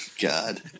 God